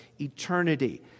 eternity